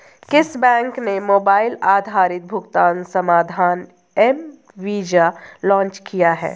किस बैंक ने मोबाइल आधारित भुगतान समाधान एम वीज़ा लॉन्च किया है?